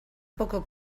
poco